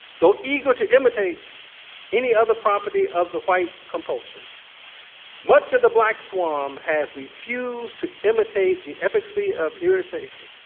though eager to imitate any other property of the white compulsion much of the black swarm has refused to imitate the efficacy of irritation.